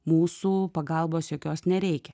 mūsų pagalbos jokios nereikia